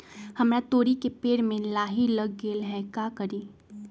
हमरा तोरी के पेड़ में लाही लग गेल है का करी?